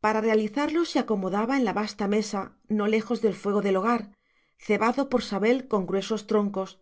para realizarlo se acomodaba en la vasta mesa no lejos del fuego del hogar cebado por sabel con gruesos troncos